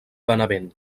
benevent